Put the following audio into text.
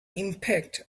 impact